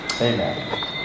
Amen